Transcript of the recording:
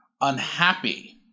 unhappy